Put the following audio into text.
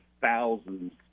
thousands